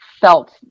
felt